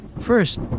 First